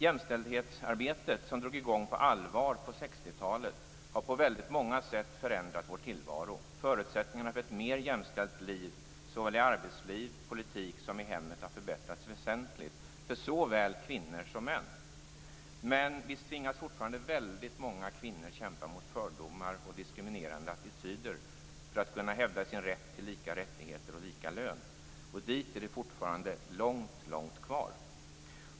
Jämställdhetsarbetet, som drog i gång på allvar under 60-talet, har på väldigt många sätt förändrat vår tillvaro. Förutsättningarna för ett mer jämställt liv, såväl i arbetsliv och politik som i hemmet, har förbättrats väsentligt för såväl kvinnor som män. Men visst tvingas fortfarande väldigt många kvinnor kämpa mot fördomar och diskriminerande attityder för att kunna hävda sin rätt till lika rättigheter och lika lön. Dit är det fortfarande långt, långt kvar.